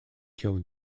kill